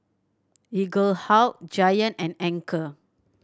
Eaglehawk Giant and Anchor